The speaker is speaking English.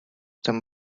them